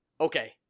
okay